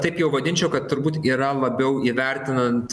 taip jau vadinčiau kad turbūt yra labiau įvertinant